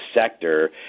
sector